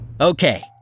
Okay